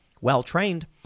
well-trained